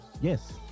Yes